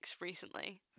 recently